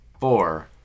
four